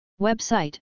Website